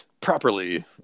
properly